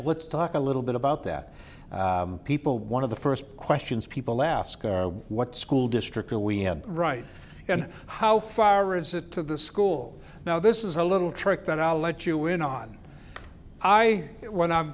let's talk a little bit about that people one of the first questions people ask what school districts are we have right and how far is it to the school now this is a little trick that i'll let you in on i get when i'm